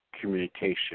communication